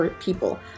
people